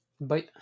Bye